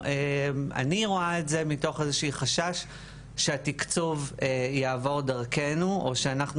ואני רואה את זה מתוך איזה שהוא חשש שהתקצוב יעבור דרכינו או שאנחנו